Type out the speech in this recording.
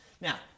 Now